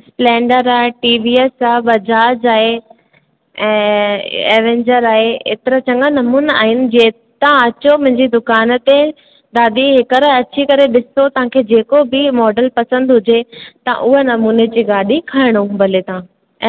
Splendor आहे T V S आहे बजाज आहे ऐं एवेंजर आहे एतिरा चङा नमूना आहिनि जीअं तव्हां अचो मुंहिंजी दुकान ते दादी हिकर अची करे ॾिसो तव्हांखे जेको बि मॉडल पसंदि हुजे तव्हां उहो नमूने जी गाॾी खणो भले तव्हां